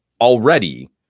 already